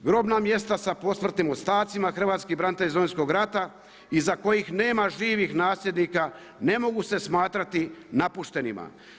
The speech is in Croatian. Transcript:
Grobna mjesta sa posmrtnim ostacima hrvatski branitelj iz Domovinskog rata iza kojih nema živih nasljednika ne mogu se smatrati napuštenima.